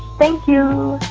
thank you